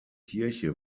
kirche